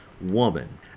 woman